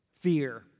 fear